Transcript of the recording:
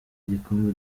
gikombe